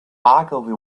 ogilvy